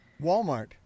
Walmart